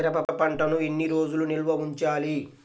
మిరప పంటను ఎన్ని రోజులు నిల్వ ఉంచాలి?